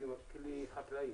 כלי החקלאי.